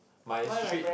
my is treat